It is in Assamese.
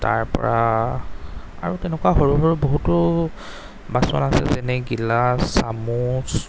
তাৰপৰা আৰু তেনেকুৱা সৰু সৰু বহুতো বাচন আছে যেনে গিলাচ চামুচ